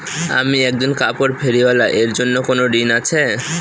আমি একজন কাপড় ফেরীওয়ালা এর জন্য কোনো ঋণ আছে?